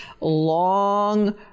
long